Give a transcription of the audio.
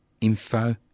Info